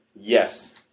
yes